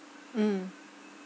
mm